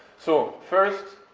so first,